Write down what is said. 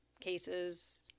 cases